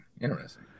Interesting